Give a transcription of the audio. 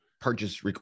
purchase